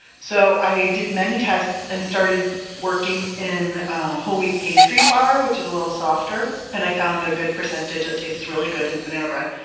so, i did many tests and started working in whole wheat pastry flour, which is a little softer, and i found a good percentage that tastes really good in the banana bread.